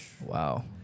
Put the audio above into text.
Wow